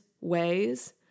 ways